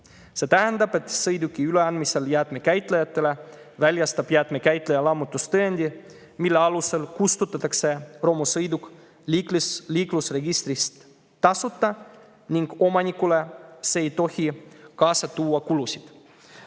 See tähendab, et sõiduki üleandmisel jäätmekäitlejale väljastab jäätmekäitleja lammutustõendi, mille alusel kustutatakse romusõiduk liiklusregistrist tasuta, ning omanikule ei tohi see kaasa tuua kulusid. Austatud